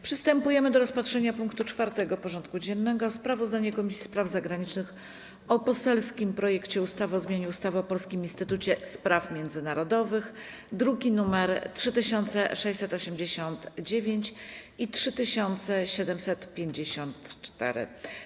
Przystępujemy do rozpatrzenia punktu 4. porządku dziennego: Sprawozdanie Komisji Spraw Zagranicznych o poselskim projekcie ustawy o zmianie ustawy o Polskim Instytucie Spraw Międzynarodowych (druki nr 3689 i 3754)